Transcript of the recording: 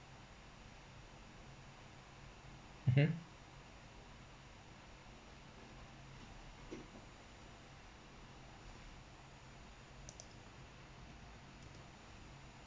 mmhmm